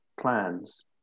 plans